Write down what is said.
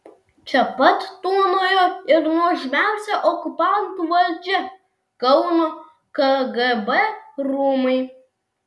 čia pat tūnojo ir nuožmiausia okupantų valdžia kauno kgb rūmai